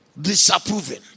Disapproving